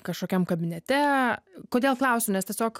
kažkokiam kabinete kodėl klausiu nes tiesiog